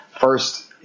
first